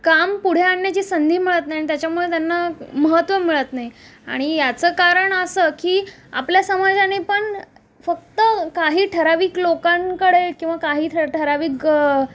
काम पुढे आणण्याची संधी मिळत नाही आन त्याच्यामुळे त्यांना महत्त्व मिळत नाही आणि याचं कारण असं की आपल्या समाजाने पण फक्त काही ठरावीक लोकांकडे किंवा काही थरा ठरावीक ग